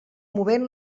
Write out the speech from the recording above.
movent